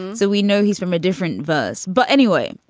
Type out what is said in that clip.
and so we know he's from a different verse. but anyway,